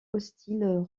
hostiles